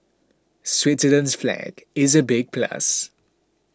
Switzerland's flag is a big plus